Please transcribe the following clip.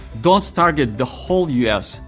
don't target the whole us,